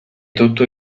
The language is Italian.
tutto